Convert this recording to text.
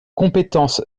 compétence